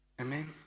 Amen